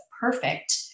perfect